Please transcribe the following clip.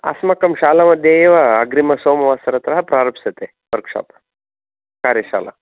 अस्माकं शालामध्ये एव अग्रिम सोमवासरत प्रारप्स्यते वर्क् शाप् कार्यशाला